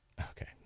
okay